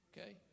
Okay